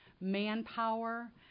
manpower